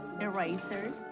erasers